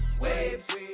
waves